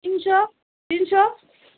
তিনশো তিনশো